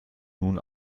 nun